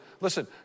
listen